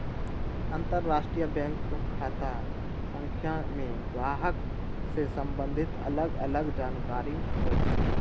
अंतरराष्ट्रीय बैंक खता संख्या में गाहक से सम्बंधित अलग अलग जानकारि होइ छइ